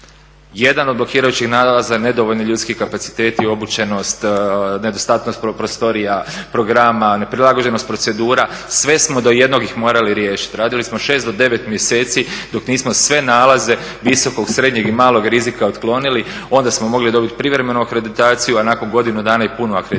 Jedan od blokirajućih nalaza nedovoljni ljudski kapaciteti, obučenost, nedostatnost prostorija, programa, neprilagođenost procedura. Sve smo do jednog ih morali riješiti. Radili smo šest do devet mjeseci dok nismo sve nalaze visokog, srednjeg i malog rizika otklonili. Onda smo mogli dobiti privremenu akreditaciju, a nakon godinu dana i punu akreditaciju.